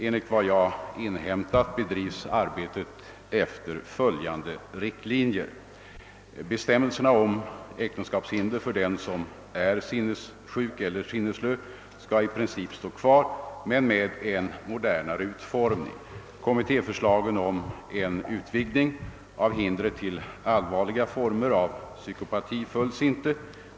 Enligt vad jag inhämtat bedrivs arbetet efter följande riktlinjer. nesslö skall i princip stå kvar men med en modernare utformning. Kommitté förslagen om en utvidgning av hindret till allvarliga former av psykopati följs inte.